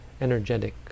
energetic